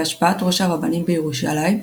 בהשפעת ראש הרבנים בירושלים,